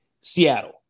Seattle